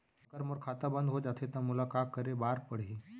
अगर मोर खाता बन्द हो जाथे त मोला का करे बार पड़हि?